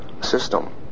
system